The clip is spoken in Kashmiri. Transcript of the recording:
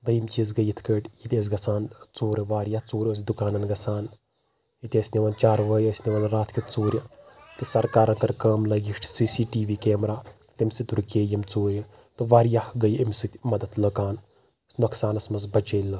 دوٚیِم چیٖز گٔے یِتھ کأٹھۍ ییٚتہِ أسۍ گژھان ژوٗرٕ واریاہ ژوٗرٕ أسۍ دُکانن گژھان ییٚتہِ أسۍ نِوان چاروأے أسۍ نِوان راتھ کیُتھ ژوٗرِ تہٕ سرکارن کٔر کأم لأگِکھ C C T V camera تمہِ سۭتۍ رُکیٚیہِ یِم ژوٗرِ تہٕ واریاہ گٔے أمہِ سۭتۍ مدتھ لُکن نۄقصانس منٛز بچیٚیہِ لُکھ